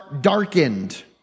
darkened